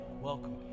Welcome